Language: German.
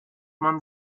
man